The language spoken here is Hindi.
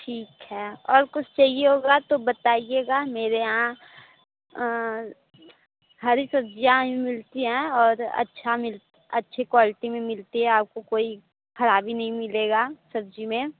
ठीक है और कुछ चाहिए होगा तो बताइएगा मेरे यहाँ हरी सब्जियाँ भी मिलती हैं और अच्छा मिल अच्छी क्वालिटी में मिलती हैं आपको कोई खराबी नहीं मिलेगा सब्जी में